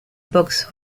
books